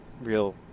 real